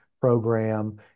program